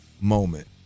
moment